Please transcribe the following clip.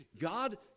God